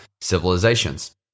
civilizations